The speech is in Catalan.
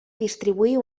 distribuir